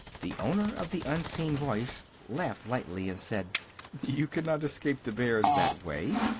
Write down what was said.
the owner of the unseen voice laughed lightly and said you cannot escape the bears that way.